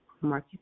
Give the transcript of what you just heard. Mark